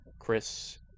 Chris